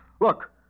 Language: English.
Look